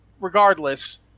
regardless